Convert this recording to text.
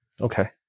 Okay